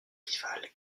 rival